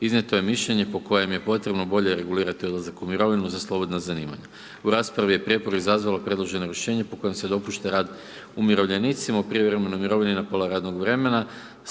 Iznijeto je mišljenje po kojem je potrebno bolje regulirati odlazak u mirovinu za slobodna zanimanja. U raspravi je prijepor izazvalo predloženo rješenje po kojem se dopušta rad umirovljenicima u privremenoj mirovini na pola radnog vremena,